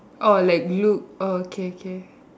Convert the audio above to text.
orh like look orh okay k